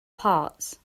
parts